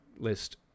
list